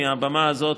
מהבמה הזאת,